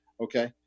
Okay